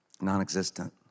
non-existent